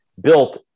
built